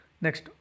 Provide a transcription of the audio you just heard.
Next